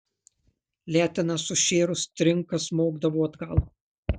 letena sušėrus trinka smogdavo atgal